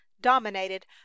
dominated